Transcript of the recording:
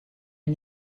een